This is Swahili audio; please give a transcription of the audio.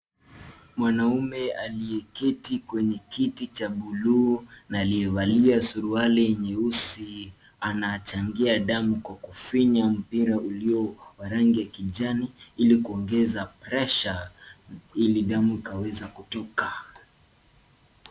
Mwanaume aliyeketi kwenye kiti cha buluu na aliyevalia suruali nyeusi anachangia damu kwa kufinya mpira ulio wa rangi ya kijani ili kuongeza pressure ili damu ikaweze kutoka.